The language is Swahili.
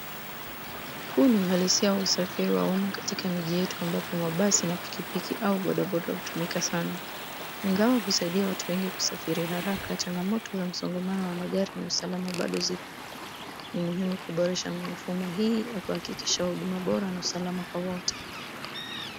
Huu ni uhalisia wa usafiri wa umma katika miji yetu ambapo mabasi na pikipiki au bodaboda hutumika sana. Ingawa husaidia watu wengi kusafiri haraka, changamoto za msongamano wa magari na usalama bado ziko. Ni muhimu kuboresha mifumo hii na kuhakikisha huduma bora na usalama kwa wote.